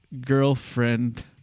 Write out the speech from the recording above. girlfriend